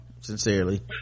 sincerely